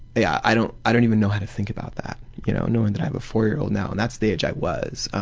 i don't i don't even know how to think about that, you know, knowing that i have a four-year-old now and that's the age i was.